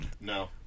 No